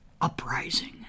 uprising